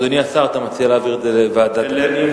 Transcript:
אדוני השר, אתה מציע להעביר את זה לוועדת הפנים?